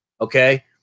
Okay